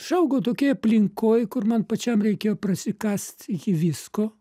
aš augau tokioj aplinkoj kur man pačiam reikėjo prasikast iki visko